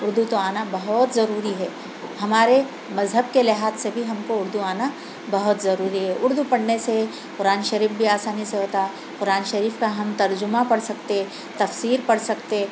اُردو تو آنا بہت ضروری ہے ہمارے مذہب کے لحاظ سے بھی ہم کو اُردو آنا بہت ضروری ہے اُردو پڑھنے سے قرآن شریف بھی آسانی سے ہوتا قرآن شریف کا ہم ترجمہ پڑھ سکتے تفسیر پڑھ سکتے